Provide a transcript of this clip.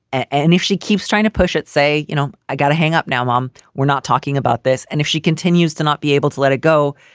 and if she keeps trying to push it, say, you know, i got to hang up now, mom, we're not talking about this. and if she continues to not be able to let it go,